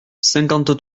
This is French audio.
cinquante